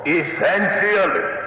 essentially